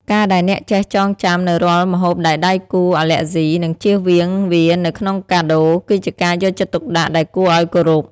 ការដែលអ្នកចេះចងចាំនូវរាល់ម្ហូបដែលដៃគូអាឡែហ្ស៊ី និងចៀសវាងវានៅក្នុងកាដូ គឺជាការយកចិត្តទុកដាក់ដែលគួរឱ្យគោរព។